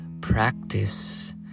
practice